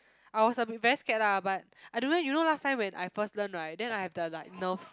I was a bit very scared lah but I don't know you know last time when I first learn right then I have the like nerves